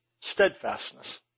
steadfastness